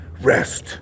rest